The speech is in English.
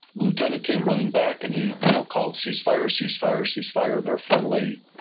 lieutenant came running back and he you know called cease fire, cease fire, cease fire. they are friendly.